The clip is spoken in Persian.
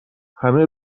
همه